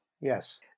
yes